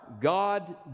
God